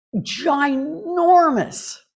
ginormous